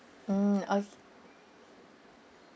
mm okay